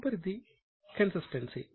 తదుపరిది కన్సిస్టెన్సీ